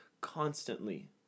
constantly